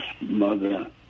Mother